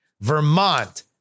Vermont